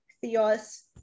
theos